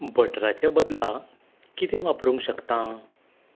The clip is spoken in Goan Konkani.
बटराच्या बदला कितें वापरूंक शकतां